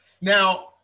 Now